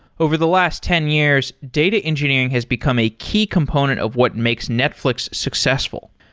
over the last ten years, data engineering has become a key component of what makes netflix successful.